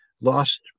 lost